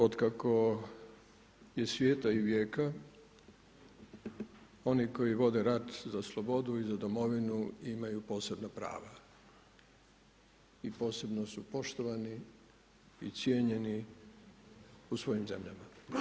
Otkako je svijeta i vijeka oni koji vode rat za slobodu i domovinu imaju posebna prava i posebno su poštovani i cijenjeni u svojim zemljama.